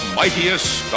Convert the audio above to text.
mightiest